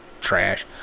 trash